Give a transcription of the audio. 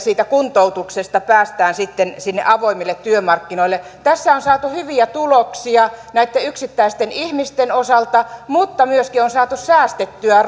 kuntoutuksesta päästään sitten sinne avoimille työmarkkinoille tässä on saatu hyviä tuloksia yksittäisten ihmisten osalta mutta myöskin on saatu säästettyä